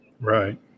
Right